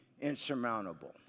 insurmountable